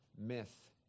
myth